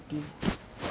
~ty